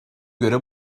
göre